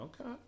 okay